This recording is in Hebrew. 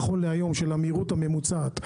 נכון להיום של המהירות הממוצעת.